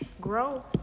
grow